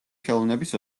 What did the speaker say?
ხელოვნების